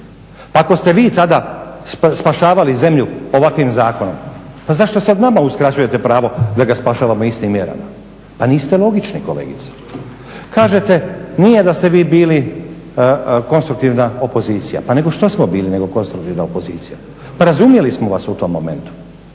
Pa ako ste vi tada spašavali zemlju ovakvim zakonom, pa zašto sad nama uskraćujete pravo da ga spašavamo istim mjerama? Pa niste logični kolegice. Kažete nije da ste vi bili konstruktivna opozicija. Pa nego što smo bili nego konstruktivna opozicija. Pa razumjeli smo vas u tom momentu.